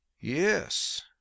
Yes